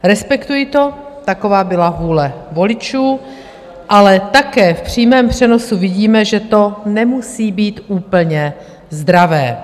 Respektuji to, taková byla vůle voličů, ale také v přímém přenosu vidíme, že to nemusí být úplně zdravé.